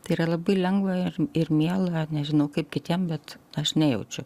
tai yra labai lengva ir ir miela nežinau kaip kitiem bet aš nejaučiu